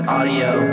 Audio